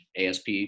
asp